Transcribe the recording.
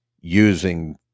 using